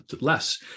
less